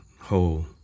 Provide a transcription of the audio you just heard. whole